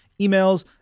emails